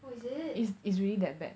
oh is it